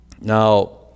Now